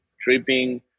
tripping